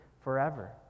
forever